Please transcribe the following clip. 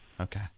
Okay